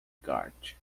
kart